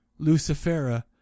Lucifera